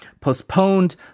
postponed